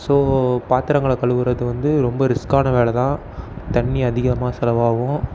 so பாத்திரங்களை கழுவுவது வந்து ரொம்ப ரிஸ்க்கான வேலை தான் தண்ணி அதிகமாக செலவாகும்